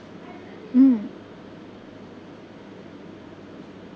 mm